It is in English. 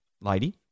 lady